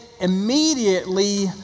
immediately